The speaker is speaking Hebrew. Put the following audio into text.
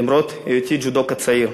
למרות היותי ג'ודוקא צעיר.